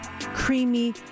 creamy